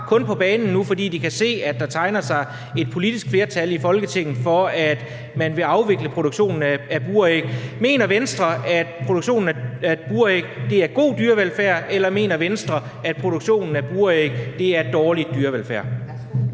kun på banen nu, fordi de kan se, at der tegner sig et politisk flertal i Folketinget for, at man vil afvikle produktionen af buræg? Mener Venstre, at produktionen af buræg er god dyrevelfærd, eller mener Venstre, at produktionen af buræg er dårlig dyrevelfærd?